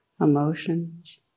emotions